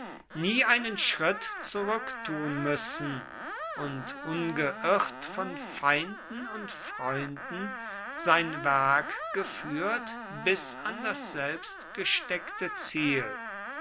nie einen schritt zurücktun müssen und ungeirrt von feinden und freunden sein werk geführt bis an das selbstgesteckte ziel